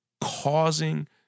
causing